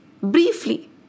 Briefly